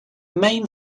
main